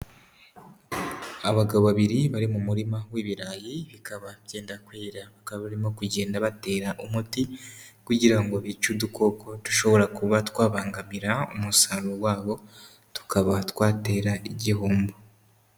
Abagabo babiri bari mu murima w'ibirayi bikaba byenda kwera, bakaba barimo kugenda batera umuti kugira ngo bice udukoko dushobora kuba twabangamira umusaruro wabo tukaba twatera igihombo.